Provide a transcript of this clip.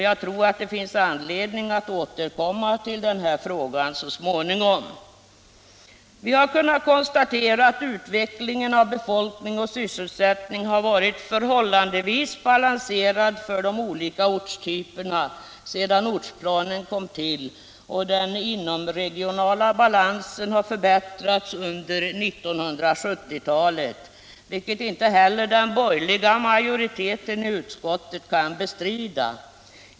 Jag tror det finns anledning att återkomma till den frågan så småningom. Vi har kunnat konstatera att utvecklingen av befolkning och sysselsättning har varit förhållandevis balanserad för de olika ortstyperna sedan ortsplanen kom till, och den inomregionala balansen har förbättrats under 1970-talet — vilket inte heller den borgerliga majoriteten i utskottet kan bestrida.